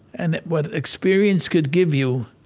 and what experience could give you,